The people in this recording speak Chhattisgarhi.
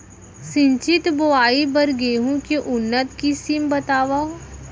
सिंचित बोआई बर गेहूँ के उन्नत किसिम बतावव?